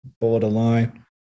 borderline